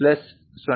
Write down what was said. plus 0